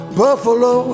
buffalo